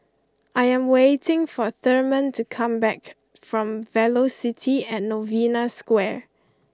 I am waiting for Therman to come back from Velocity at Novena Square